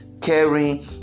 caring